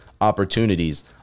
opportunities